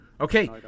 okay